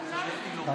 בא.